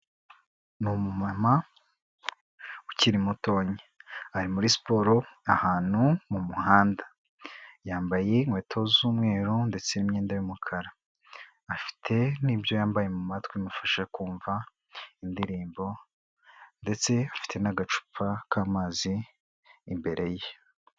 Ni umumama ukiri mutoya, ari muri siporo ahantu mu muhanda, yambaye inkweto z'umweru ndetse n' imyenda y'umukara, afite n'ibyo yambaye mu matwi bimufasha kumva indirimbo, ndetse afite n'agacupa k'amazi imbere ye.